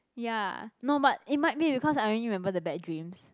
ya no but it might be because I only remember the bad dreams